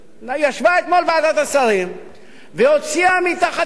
ישבה אתמול ועדת השרים והוציאה מתחת ידיה